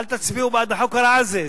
אל תצביעו בעד החוק הרע הזה.